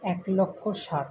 এক লক্ষ ষাট